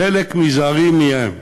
בחלק מזערי מהם,